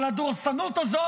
אבל הדורסנות הזו,